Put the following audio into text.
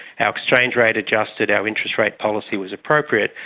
our exchange rate adjusted, our interest rate policy was appropriate,